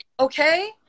Okay